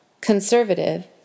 Conservative